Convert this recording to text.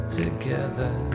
together